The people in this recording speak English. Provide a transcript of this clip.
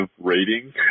rating